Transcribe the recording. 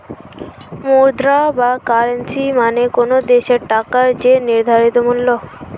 মুদ্রা বা কারেন্সী মানে কোনো দেশের টাকার যে নির্ধারিত মূল্য